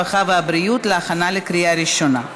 הרווחה והבריאות להכנה לקריאה ראשונה.